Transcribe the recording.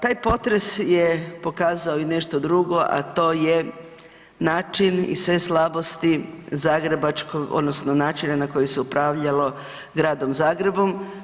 Taj potres je pokazao i nešto drugo, a to je način i sve slabosti zagrebačkog odnosno načina na koji se upravljalo Gradom Zagrebom.